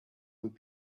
would